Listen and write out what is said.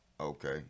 Okay